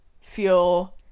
feel